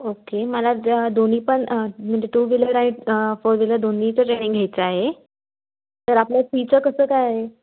okay मला दोन्ही पण म्हणजे टू व्हिलर आणि फोर व्हिलर दोन्हीचं ट्रेनिंग घ्यायचं आहे तर आपल्या फीचं कसं काय आहे